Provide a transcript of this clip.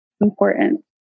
important